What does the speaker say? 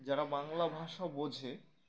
যারা বাংলা ভাষা বোঝে